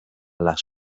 las